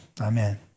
Amen